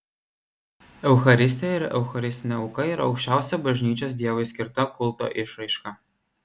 eucharistija ir eucharistinė auka yra aukščiausia bažnyčios dievui skirta kulto išraiška